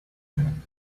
evening